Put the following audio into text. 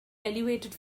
elevated